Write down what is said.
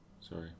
Sorry